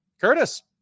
Curtis